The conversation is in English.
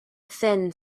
thin